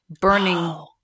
burning